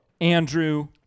Andrew